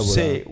say